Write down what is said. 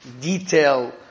detail